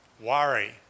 worry